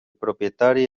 propietari